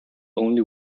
only